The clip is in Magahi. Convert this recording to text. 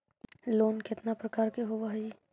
लोन केतना प्रकार के होव हइ?